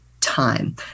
time